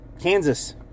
Kansas